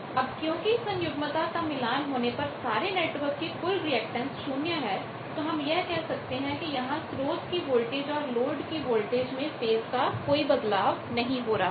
अब क्योंकि सन्युग्मता का मिलानconjugate matchingकोंजूगेट मैचिंग होने पर सारे नेटवर्क की कुल रिएक्टेंस शून्य है तो हम यह कह सकते हैं कि यहां स्रोत की वोल्टेज और लोड की वोल्टेज में फेज़ का कोई बदलाव नहीं हो रहा